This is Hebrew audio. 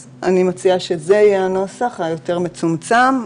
אני מציעה שהנוסח היותר מצומצם יהיה הנוסח.